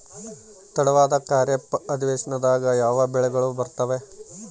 ತಡವಾದ ಖಾರೇಫ್ ಅಧಿವೇಶನದಾಗ ಯಾವ ಬೆಳೆಗಳು ಬರ್ತಾವೆ?